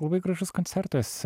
labai gražus koncertas